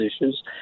issues